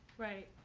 right.